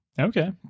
Okay